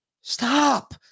stop